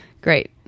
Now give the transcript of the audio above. Great